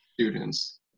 students